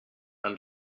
and